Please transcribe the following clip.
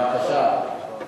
מהקואליציה.